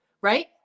right